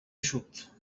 eixut